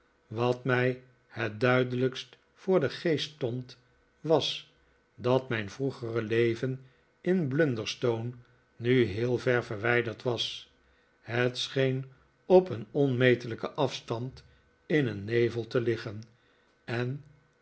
wat mij het duidelijkst voor den geest stond was dat mijn vroegere leven in blunderstone nu heel ver verwijderd was het scheen op een onmetelijken afstand in een nevel te liggen en